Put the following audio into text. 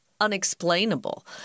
unexplainable